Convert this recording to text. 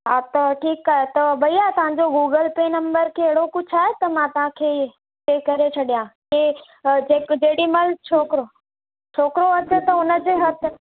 हा त ठीकु आहे त भैया तव्हांजो गूगल पे नम्बर कहिड़ो कुझु आहे त मां तव्हांखे पे करे छॾियां की जे जेॾीमहिल छोकिरो छोकिरो अचे त हुन जे हथ